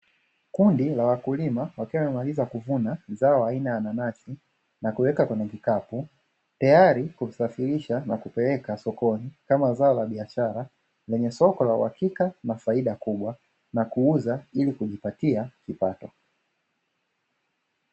Kundi la wakulima wakiwa wamemaliza kuvuna zao aina la nanasi na kuweka kwenye kikapu, tayari kwa kusafirisha na kupeleka sokoni, kama zao la biashara lenye soko la uhakika na faida kubwa na kuuza ili kujipatia kipato.